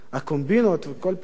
וכל פעם אני שומע משהו חדש,